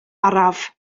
araf